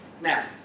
Now